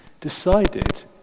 decided